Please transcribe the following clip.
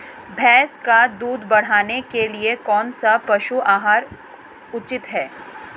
भैंस का दूध बढ़ाने के लिए कौनसा पशु आहार उचित है?